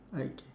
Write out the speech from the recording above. okay